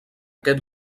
aquest